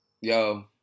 Yo